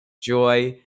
joy